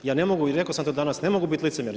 Ja ne mogu i rekao sam to danas, ne mogu biti licemjeran.